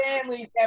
families